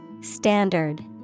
Standard